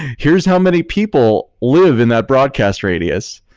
here's how many people live in that broadcast radius,